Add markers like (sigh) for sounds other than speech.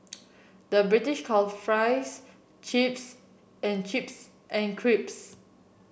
the British call fries chips and chips and (unintelligible)